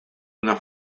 una